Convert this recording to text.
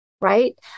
right